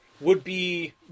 would-be